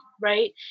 right